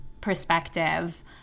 perspective